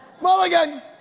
Mulligan